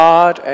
God